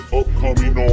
upcoming